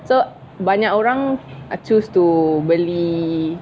so banyak orang choose to beli